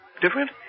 Different